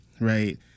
Right